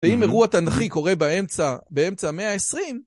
ואם אירוע תנכי קורה באמצע, באמצע המאה ה-20?